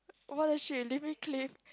oh-my-god shit